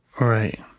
Right